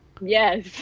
Yes